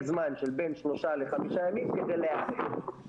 זמן של בין שלושה לחמישה ימים כדי להיערך.